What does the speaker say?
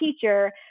teacher